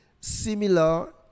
similar